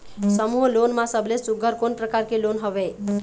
समूह लोन मा सबले सुघ्घर कोन प्रकार के लोन हवेए?